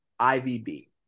IVB